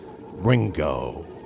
Ringo